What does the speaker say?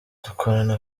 dukorana